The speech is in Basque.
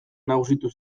nagusitu